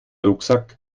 rucksack